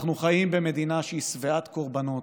אנחנו חיים במדינה שהיא שבעת קורבנות,